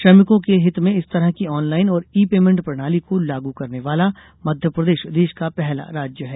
श्रमिकों के हित में इस तरह की आनलाइन और ईपेमेन्ट प्रणाली को लागू करने वाला मध्यप्रदेश देश का पहला राज्य है